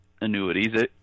annuities